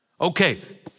Okay